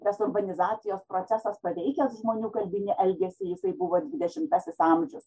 tas urbanizacijos procesas paveikęs žmonių kalbinį elgesį jisai buvo dvidešimtasis amžius